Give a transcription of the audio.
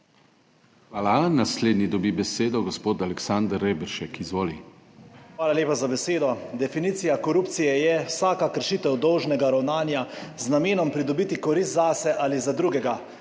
Hvala. Naslednji dobi besedo gospod Aleksander Reberšek. Izvolite. ALEKSANDER REBERŠEK (PS NSi): Hvala lepa za besedo. Definicija korupcije je vsaka kršitev dolžnega ravnanja z namenom pridobiti korist zase ali za drugega,